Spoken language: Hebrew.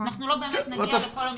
אנחנו לא באמת נגיע לכל המסגרות.